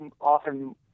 often